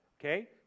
okay